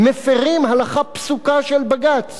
מפירים הלכה פסוקה של בג"ץ.